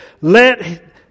let